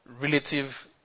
relative